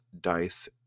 dice